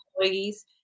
employees